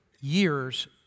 years